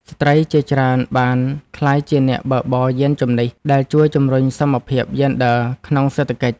ស្ត្រីជាច្រើនបានក្លាយជាអ្នកបើកបរយានជំនិះ ដែលជួយជំរុញសមភាពយេនឌ័រក្នុងសេដ្ឋកិច្ច។